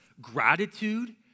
gratitude